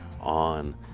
on